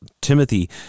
Timothy